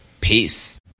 Peace